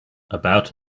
about